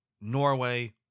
Norway